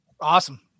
Awesome